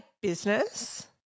business